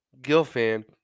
Gilfan